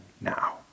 now